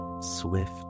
swift